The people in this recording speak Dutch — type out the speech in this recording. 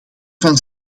van